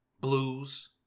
Blues